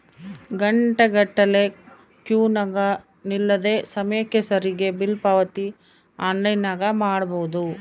ಘಂಟೆಗಟ್ಟಲೆ ಕ್ಯೂನಗ ನಿಲ್ಲದೆ ಸಮಯಕ್ಕೆ ಸರಿಗಿ ಬಿಲ್ ಪಾವತಿ ಆನ್ಲೈನ್ನಾಗ ಮಾಡಬೊದು